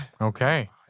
Okay